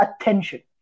attention